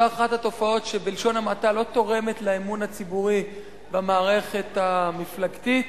זו אחת התופעות שבלשון המעטה לא תורמת לאמון הציבורי במערכת המפלגתית.